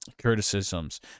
criticisms